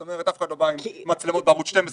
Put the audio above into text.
זאת אומרת אף אחד לא בא עם מצלמות ושידר בערוץ 12,